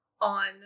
on